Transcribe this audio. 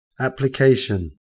Application